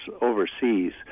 overseas